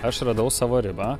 aš radau savo ribą